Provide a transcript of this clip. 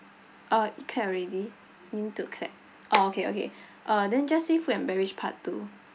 uh clap already need to clap orh okay okay uh then just say food and beverage part two